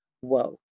Whoa